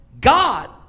God